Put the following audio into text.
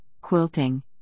quilting